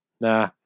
Nah